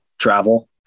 travel